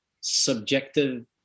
subjective